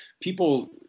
people